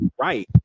right